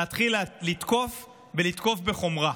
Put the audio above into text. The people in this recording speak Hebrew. להתחיל לתקוף ולתקוף בחומרה.